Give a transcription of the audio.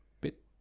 bit